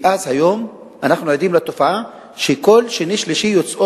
היום אנחנו עדים לתופעה שכל שני-שלישי יוצאים